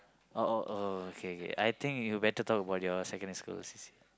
oh oh oh okay okay I think you better talk about your secondary school C_C_A